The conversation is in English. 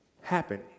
happen